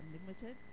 unlimited